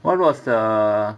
what was the